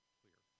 clear